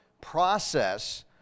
process